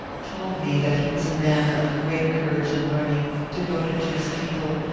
told me that he was a man of great courage and learning, devoted to his people,